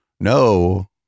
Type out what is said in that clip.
no